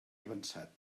avançat